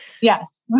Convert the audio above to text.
Yes